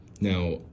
Now